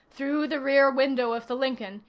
through the rear window of the lincoln,